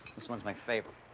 this one's my favorite.